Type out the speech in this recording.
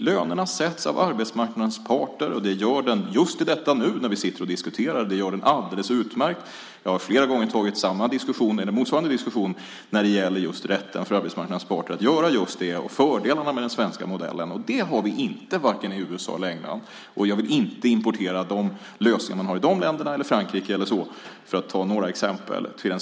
Lönerna sätts av arbetsmarknadens parter, och det gör de just i detta nu när vi sitter och diskuterar. Det gör de alldeles utmärkt. Jag har flera gånger tagit motsvarande diskussion när det gäller just rätten för arbetsmarknadens parter att göra det och fördelarna med den svenska modellen. Det har vi inte vare sig i USA eller i England. Jag vill inte importera de lösningar man har i de länderna, eller i Frankrike för att ta några exempel.